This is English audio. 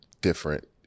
different